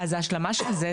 ההשלמה של זה,